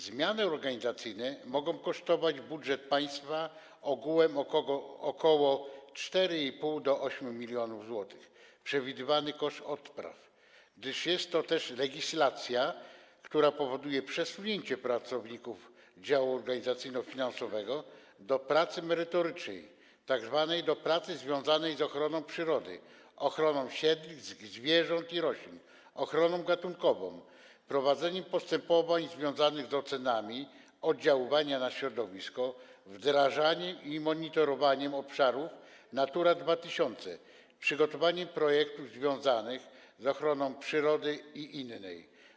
Zmiany organizacyjne mogą kosztować budżet państwa ogółem 4,5–8 mln zł, jest to przewidywany koszt odpraw, gdyż jest to legislacja, która powoduje przesunięcie pracowników działu organizacyjno-finansowego do pracy merytorycznej, tzn. do pracy związanej z ochroną przyrody, ochroną siedlisk, zwierząt i roślin, ochroną gatunkową, prowadzeniem postępowań związanych z ocenami oddziaływania na środowisko, wdrażaniem i monitorowaniem obszarów Natura 2000, przygotowaniem projektów związanych z ochroną przyrody i innej.